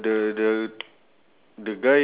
purple dress